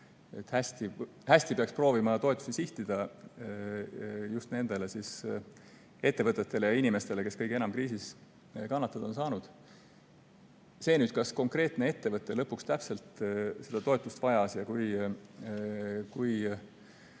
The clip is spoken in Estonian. et peaks proovima toetusi hästi sihtida just nendele ettevõtetele ja inimestele, kes kõige enam kriisis kannatada on saanud. Kas konkreetne ettevõte lõpuks täpselt seda toetust vajas ja kui